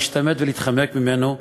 להשתמט ולהתחמק ממנו ולהגיד: